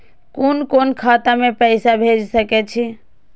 कुन कोण खाता में पैसा भेज सके छी?